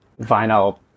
vinyl